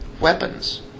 weapons